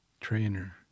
trainer